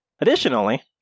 Additionally